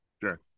sure